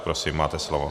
Prosím, máte slovo.